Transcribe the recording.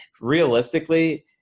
realistically